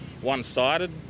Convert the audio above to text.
one-sided